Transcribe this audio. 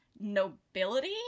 nobility